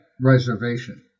Reservation